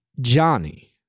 Johnny